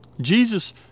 Jesus